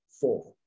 Four